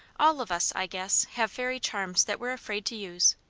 all of us, i guess, have fairy charms that we're afraid to use.